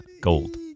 Gold